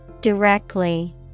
Directly